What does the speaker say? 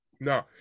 no